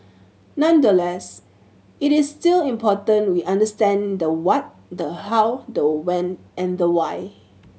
nonetheless it is still important we understand the what the how the when and the why